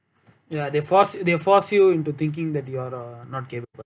ya they force they force you into thinking that you're a not capable